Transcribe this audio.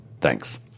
Thanks